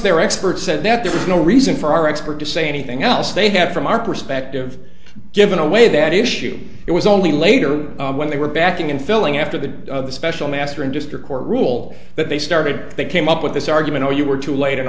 their expert said that there was no reason for our expert to say anything else they have from our perspective given away that issue it was only later when they were backing and filling after the special master in district court rule that they started they came up with this argument oh you were too late a